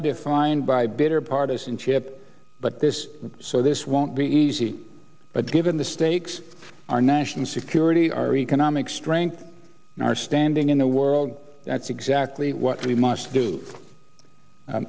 q defined by bitter partisanship but this so this won't be easy but given the stakes our national security our economic rank our standing in the world that's exactly what we must do